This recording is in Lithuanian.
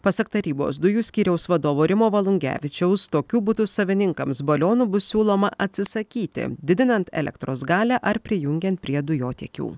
pasak tarybos dujų skyriaus vadovo rimo volungevičiaus tokių butų savininkams balionų bus siūloma atsisakyti didinant elektros galią ar prijungiant prie dujotiekių